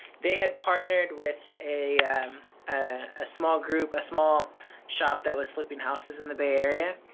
they had partnered with a um a small group, a small shop that was flipping houses in the bay area.